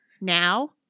now